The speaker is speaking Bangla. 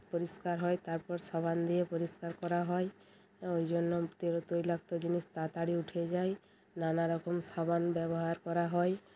পরিষ্কার হয় তারপর সাবান দিয়ে পরিষ্কার করা হয় ওই জন্য তৈলাক্ত জিনিস তাড়াতাড়ি উঠে যায় নানা রকম সাবান ব্যবহার করা হয়